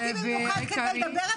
באתי במיוחד כדי לדבר.